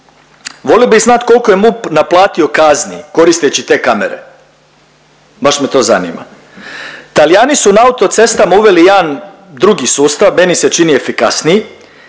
Volio bih znati koliko je MUP naplatio kazni koristeći te kamere baš me to zanima. Talijani su na autocestama uveli jedan drugi sustav, meni se čini efikasniji.